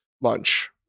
lunch